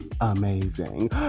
amazing